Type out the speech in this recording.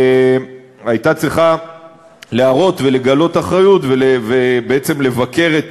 הייתה צריכה להראות ולגלות אחריות ובעצם לבקר את